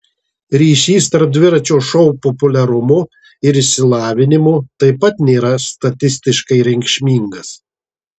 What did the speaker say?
ryšys tarp dviračio šou populiarumo ir išsilavinimo taip pat nėra statistiškai reikšmingas